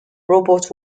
robot